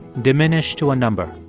diminished to a number.